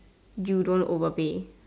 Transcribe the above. you don't overpay